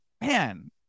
man